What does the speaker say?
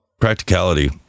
practicality